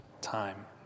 time